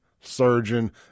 surgeon